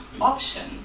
option